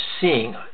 seeing